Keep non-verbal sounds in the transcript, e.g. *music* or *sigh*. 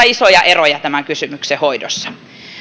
*unintelligible* isoja eroja tämän kysymyksen hoidossa